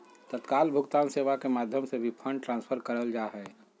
तत्काल भुगतान सेवा के माध्यम से भी फंड ट्रांसफर करल जा हय